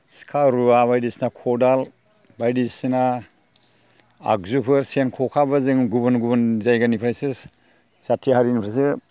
सिखा रुवा बायदिसिना खदाल बायदिसिना आगजुफोर सेन खखाफोर जों गुबुन गुबुन जायगानिफ्रायसो जाथि हारिनिफ्रायसो